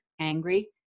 angry